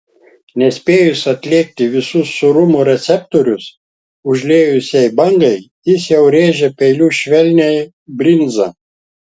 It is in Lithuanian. nespėjus atlėgti visus sūrumo receptorius užliejusiai bangai jis jau rėžia peiliu švelnią brinzą